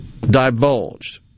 divulged